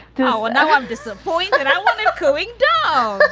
no, i'm disappointed and i'm going oh,